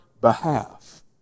behalf